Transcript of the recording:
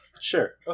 Sure